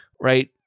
right